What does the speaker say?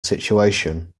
situation